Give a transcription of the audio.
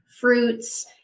fruits